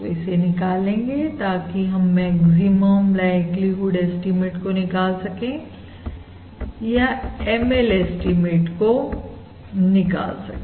तो इसे निकालेंगे ताकि हम मैक्सिमम लाइक्लीहुड एस्टीमेट को निकाल सकें या ML एस्टीमेट को निकाल सके